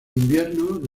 invierno